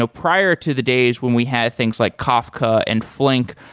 ah prior to the days when we had things like kafka and flink,